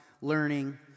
learning